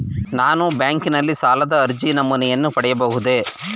ನಾನು ಬ್ಯಾಂಕಿನಲ್ಲಿ ಸಾಲದ ಅರ್ಜಿ ನಮೂನೆಯನ್ನು ಪಡೆಯಬಹುದೇ?